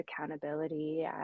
accountability